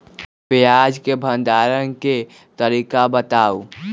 प्याज के भंडारण के तरीका बताऊ?